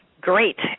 great